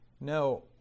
No